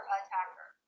attacker